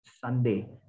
sunday